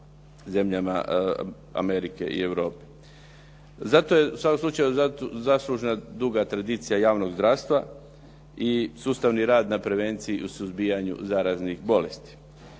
Zato je u svakom slučaju zaslužena duga tradicija javnog zdravstva i sustavni rad na prevenciji i suzbijanju zaraznih bolesti.